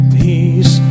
peace